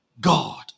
god